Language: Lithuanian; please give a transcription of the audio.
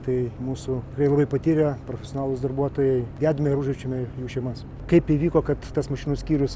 tai mūsų tikrai labai patyrę profesionalūs darbuotojai gedime ir užjaučiame jų šeimas kaip įvyko kad tas mašinų skyrius